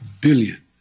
billion